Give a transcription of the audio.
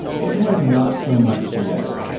it has not so much yet.